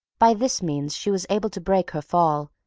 by this means she was able to break her fall,